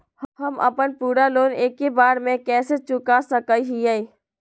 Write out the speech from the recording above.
हम अपन पूरा लोन एके बार में कैसे चुका सकई हियई?